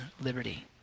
liberty